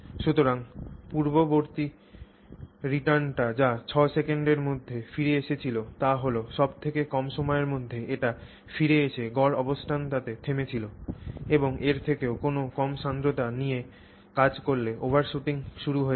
সুতরাং পূর্ববর্তী রিটার্নটি যা 6 সেকেন্ডের মধ্যে ফিরে এসেছিল তা হল সব থেকে কম সময়ের মধ্যে এটি ফিরে এসে গড় অবস্থানটিতে থেমেছিল এবং এর থেকেও কোনও কম সান্দ্রতা নিয়ে কাজ করলে ওভারশুটিং শুরু হয়ে যাবে